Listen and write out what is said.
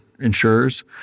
insurers